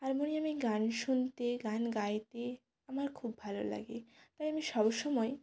হারমোনিয়ামে গান শুনতে গান গাইতে আমার খুব ভালো লাগে তাই আমি সব সময়